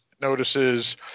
notices